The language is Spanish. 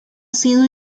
sido